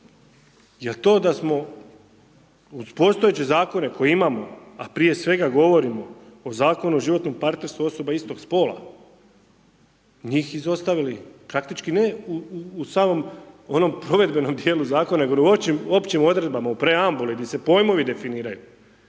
Jel to da smo uz postojeće zakone koje imamo, a prije svega govorimo o Zakonu o životnom partnerstvu osoba istog spola, njih izostavili, praktički ne u samom onom provedbenom dijelu zakonu, nego u općim odredbama, u preambuli, gdje se pojmovi definiraju,